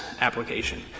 application